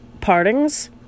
Partings